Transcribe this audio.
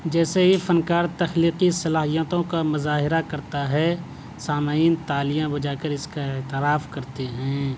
جیسے ہی فنکار تخلیقی صلاحیتوں کا مظاہرہ کرتا ہے سامعین تالیاں بجا کر اس کا اعتراف کرتے ہیں